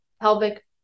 pelvic